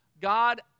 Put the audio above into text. God